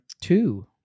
two